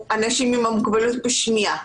האנשים עם מוגבלות בשמיעה.